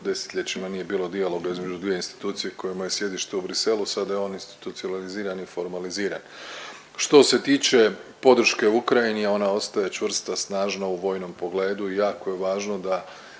10-ljećima nije bilo dijaloga između dvije institucije kojima je sjedište u Briselu, sada je on institucionaliziran i formaliziran. Što se tiče podrške Ukrajini, ona ostaje čvrsta, snažna u vojnom pogledu i jako je važno da